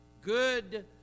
Good